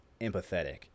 empathetic